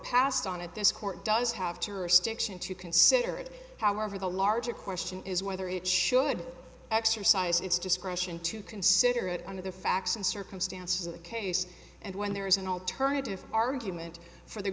passed on it this court does have to or stiction to consider it however the larger question is whether it should exercise its discretion to consider it under the facts and circumstances of the case and when there is an alternative argument for the